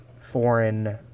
foreign